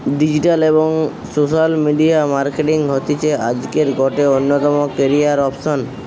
digital এবং social media marketing হতিছে আজকের গটে অন্যতম ক্যারিয়ার অপসন